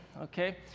Okay